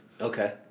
Okay